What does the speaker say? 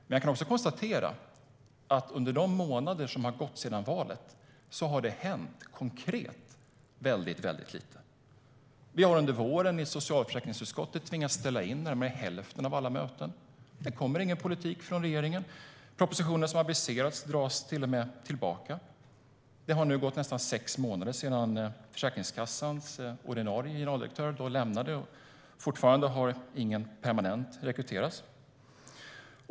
Men jag kan också konstatera att under de månader som har gått sedan valet har det konkret hänt väldigt lite. Vi har under våren i socialförsäkringsutskottet tvingats ställa in närmare hälften av alla möten. Det kommer ingen politik från regeringen. Propositioner som aviserats dras till och med tillbaka. Det har nu gått nästan sex månader sedan Försäkringskassans ordinarie generaldirektör slutade, och fortfarande har ingen permanent rekryterats.